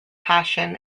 passion